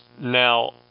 Now